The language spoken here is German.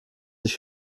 ich